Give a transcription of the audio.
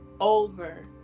over